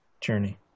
journey